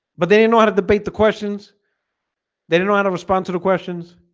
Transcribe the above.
but they didn't know how to debate the questions they didn't wanna respond to the questions